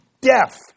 deaf